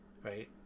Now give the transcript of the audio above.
right